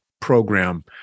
program